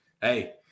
hey